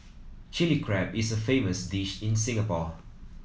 Chilli Crab is a famous dish in Singapore